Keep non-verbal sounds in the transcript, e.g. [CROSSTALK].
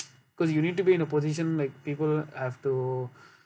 because you need to be in a position like people have to [BREATH]